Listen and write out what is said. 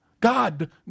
God